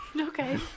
Okay